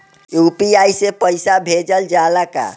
UPI से पईसा भेजल जाला का?